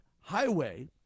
highway